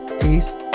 Peace